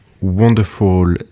wonderful